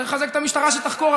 צריך לחזק את המשטרה שתחקור,